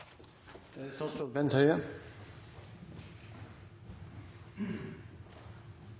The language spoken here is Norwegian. da er det